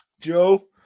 Joe